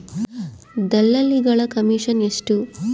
ದಲ್ಲಾಳಿಗಳ ಕಮಿಷನ್ ಎಷ್ಟು?